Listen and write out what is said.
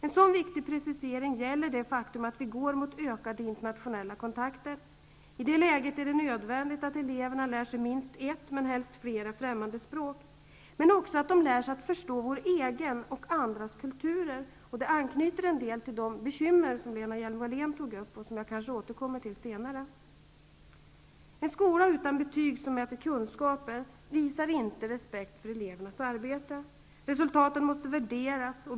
En sådan viktig precisering gäller det faktum att vi går mot ökade internationella kontakter. I det läget är det nödvändigt att eleverna lär sig minst ett, men helst flera, främmande språk. Men de måste också lära sig att förstå vår egen kultur och andras kulturer. Det anknyter en del till de bekymmer som Lena Hjelm-Wallén tog upp och som jag kanske återkommer till senare. En skola utan betyg som mäter kunskaper visar inte respekt för elevernas arbete. Resultaten måste värderas.